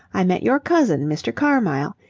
i met your cousin, mr. carmyle.